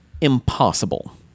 impossible